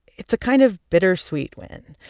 it's a kind of bittersweet win.